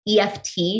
EFT